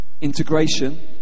integration